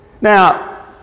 Now